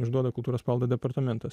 išduoda kultūros paveldo departamentas